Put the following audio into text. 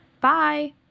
Bye